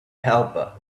helper